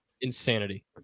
Insanity